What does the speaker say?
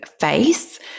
face